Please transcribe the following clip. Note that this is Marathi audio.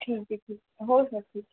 ठीक आहे ठीक हो सर ठीक